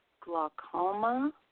glaucoma